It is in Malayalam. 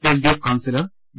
LDF councillor V